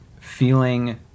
feeling